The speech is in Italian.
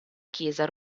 chiesa